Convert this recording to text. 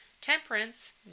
Temperance